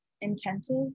intensive